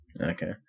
Okay